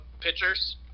pitchers